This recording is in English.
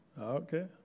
Okay